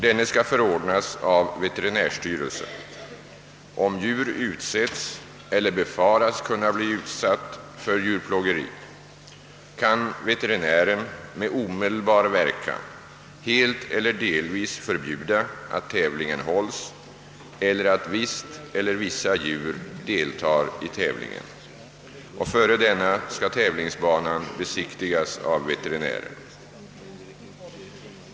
Denne skall förordnas av veterinärstyrelsen. Om djur utsätts eller befaras kunna bli utsatt för djurplågeri, kan veterinären med omedelbar verkan helt eller delvis förbjuda att tävlingen hålls eller att visst eller vissa djur deltar i tävlingen. Före denna skall tävlingsbanan besiktigas av veterinären.